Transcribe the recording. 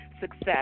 success